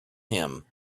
him